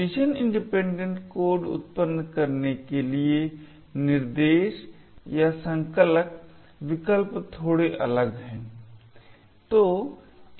position independent code उत्पन्न करने के लिए निर्देश या संकलक विकल्प थोड़े अलग हैं